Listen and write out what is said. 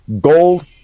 gold